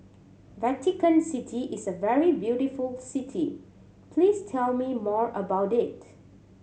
Vatican City is a very beautiful city please tell me more about it